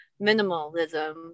minimalism